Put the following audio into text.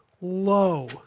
low